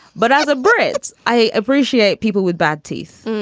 but as a brit, i appreciate people with bad teeth.